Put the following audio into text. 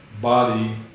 body